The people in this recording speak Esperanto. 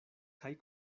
kaj